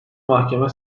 mahkeme